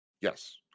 Yes